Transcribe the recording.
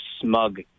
smug